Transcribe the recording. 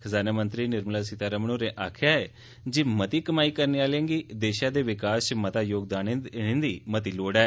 खजाना मंत्री निर्मला सीतारमण होरें आक्खेया जे मती कमाई करने आहलें गी देशौ दे विकास च मता योगदान देने दी लोड़ ऐ